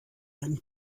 einen